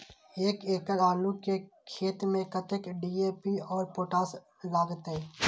एक एकड़ आलू के खेत में कतेक डी.ए.पी और पोटाश लागते?